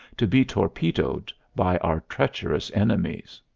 to be torpedoed by our treacherous enemies.